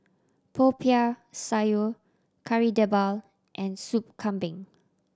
Popiah Sayur Kari Debal and Soup Kambing